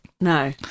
No